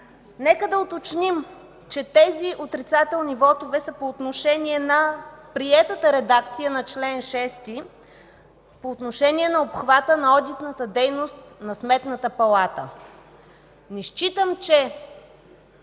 Нека да уточним, че тези отрицателни вотове са по отношение на приетата редакция на чл. 6, по отношение на обхвата на одитната дейност на Сметната палата. Не считам, че